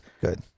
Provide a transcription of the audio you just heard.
good